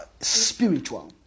spiritual